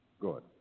Good